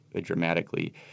dramatically